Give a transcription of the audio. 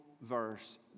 verse